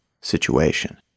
situation